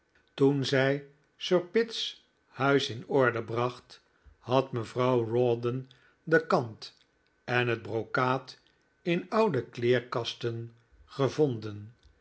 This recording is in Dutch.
toen zij sir pitt's huis in orde bracht had mevrouw rawdon de kant en het brocaat in oude kleerkasten gevonden